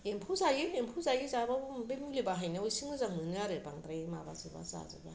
एम्फौ जायो एम्फौ जाब्लाबो ओमफ्राय मुलि बाहायनायाव इसे मोजां मोनो आरो माबाजोबा जाजोबा